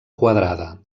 quadrada